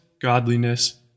godliness